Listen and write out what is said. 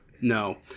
No